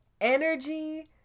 energy